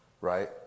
right